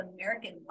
American